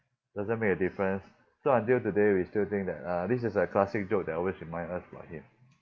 doesn't make a difference so until today we still think that ah this is a classic joke that always remind us about him